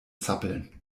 zappeln